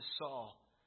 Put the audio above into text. Saul